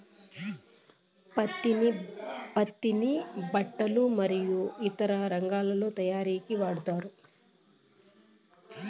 పత్తిని బట్టలు మరియు ఇతర రంగాలలో తయారీకి వాడతారు